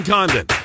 Condon